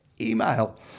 Email